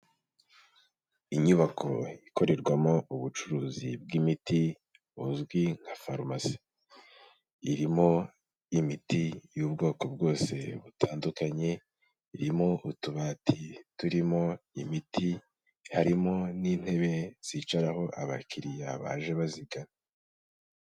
Inyubako ikorerwamo ubucuruzi bw'imiti buzwi nka farumasi, irimo imiti y'ubwoko bwose butandukanye, irimo utubati turimo imiti, harimo n'intebe zicaraho abakiriya baje bazigana.